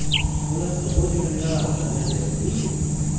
मोला सबो ऋण ला करना जरूरी हे?